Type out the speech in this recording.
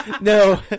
no